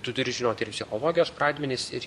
tu turi žinot ir psichologijos pradmenis ir